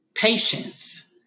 patience